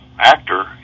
actor